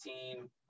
team